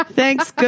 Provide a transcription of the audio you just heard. Thanks